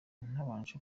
ntabanje